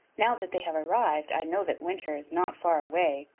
now that they have arrived i know that winter is not far away.